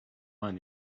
mind